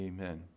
Amen